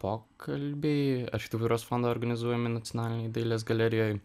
pokalbiai architektūros fondo organizuojami nacionalinėj dailės galerijoj